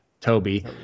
Toby